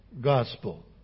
gospel